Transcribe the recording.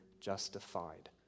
justified